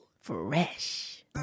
Fresh